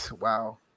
Wow